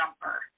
jumper